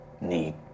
...need